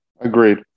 agreed